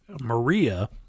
Maria